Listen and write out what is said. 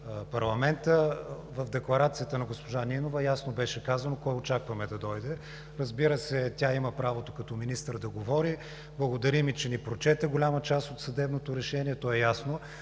парламента. В декларацията на госпожа Нинова ясно беше казано кой очакваме да дойде. Разбира се, тя има правото като министър да говори. Благодарим ѝ, че ни прочете голяма част от съдебното решение, то е ясно.